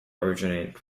originated